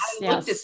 yes